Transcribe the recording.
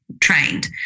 trained